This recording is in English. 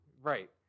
Right